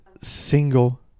single